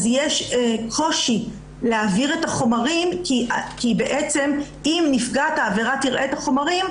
אז יש קושי להעביר את החומרים כי בעצם אם נפגעת העבירה תראה את החומרים,